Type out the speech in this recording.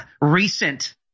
recent